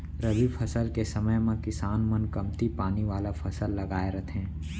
रबी फसल के समे म किसान मन कमती पानी वाला फसल लगाए रथें